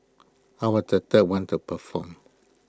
I was the third one to perform